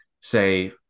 say